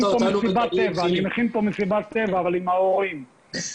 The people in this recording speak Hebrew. עלה עכשיו בקונטקסט של מסיבת טבע אבל העידו גם אחרים שזה